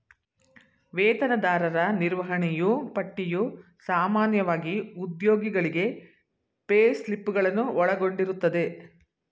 ವೇತನದಾರರ ನಿರ್ವಹಣೆಯೂ ಪಟ್ಟಿಯು ಸಾಮಾನ್ಯವಾಗಿ ಉದ್ಯೋಗಿಗಳಿಗೆ ಪೇಸ್ಲಿಪ್ ಗಳನ್ನು ಒಳಗೊಂಡಿರುತ್ತದೆ